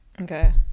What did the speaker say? Okay